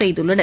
செய்துள்ளனர்